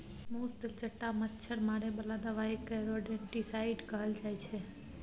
मुस, तेलचट्टा, मच्छर मारे बला दबाइ केँ रोडेन्टिसाइड कहल जाइ छै